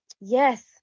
yes